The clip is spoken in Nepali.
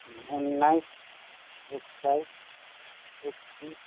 उन्नाइस एक्काइस एकतिस